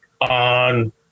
on